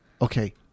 Okay